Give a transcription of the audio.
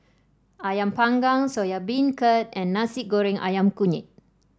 ayam Panggang Soya Beancurd and Nasi Goreng ayam Kunyit